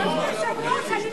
אדוני היושב-ראש,